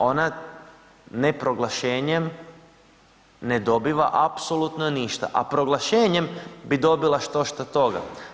Ona ne proglašenjem ne dobiva apsolutno ništa, a proglašenjem bi dobila što šta toga.